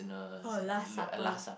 oh last supper